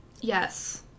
Yes